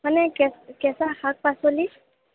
মানে কেঁচা শাক পাচলি